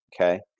Okay